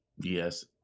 yes